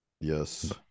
Yes